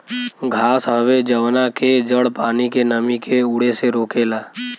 घास हवे जवना के जड़ पानी के नमी के उड़े से रोकेला